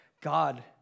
God